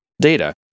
data